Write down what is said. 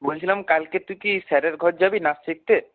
বলছিলাম কালকে তুই কি স্যারের ঘর যাবি নাচ শিখতে